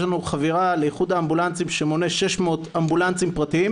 יש לנו חבירה לאיחוד האמבולנסים שמונה 600 אמבולנסים פרטיים,